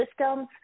systems